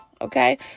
okay